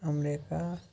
America